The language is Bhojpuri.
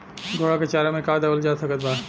घोड़ा के चारा मे का देवल जा सकत बा?